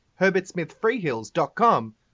herbertsmithfreehills.com